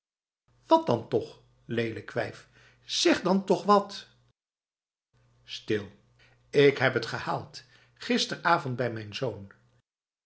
wat dan toch lelijk wijf zeg dan toch wat stil ik heb het gehaald gisteravond bij mijn zoon